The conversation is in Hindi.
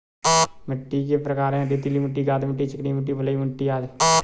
मिट्टी के प्रकार हैं, रेतीली मिट्टी, गाद मिट्टी, चिकनी मिट्टी, बलुई मिट्टी अदि